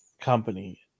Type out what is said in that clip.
company